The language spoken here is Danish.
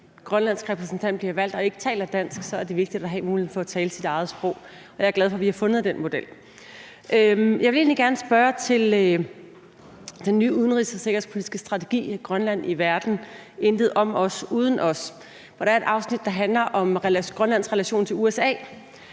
en grønlandsk repræsentant, der ikke taler dansk, bliver valgt, er det vigtigt at have muligheden for at tale sit eget sprog. Så jeg er glad for, at vi har fundet det frem til den model. Jeg vil egentlig gerne spørge til den nye udenrigs- og sikkerhedspolitiske strategi »Grønland i verden – intet om os, uden os«. Der er et afsnit, der handler om Grønlands relation til USA,